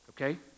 okay